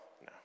no